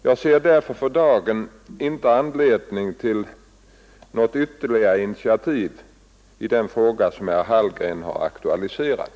Jag ser därför för dagen inte anledning till något ytterligare initiativ i den fråga herr Hallgren har aktualiserat.